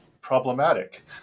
problematic